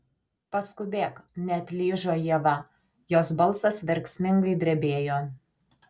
paskubėk neatlyžo ieva jos balsas verksmingai drebėjo